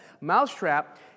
Mousetrap